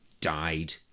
died